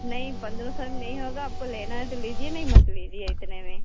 नहीं पन्द्रह सौ में नहीं होगा आपको लेना है तो लीजिए नहीं मत लीजिए इतने में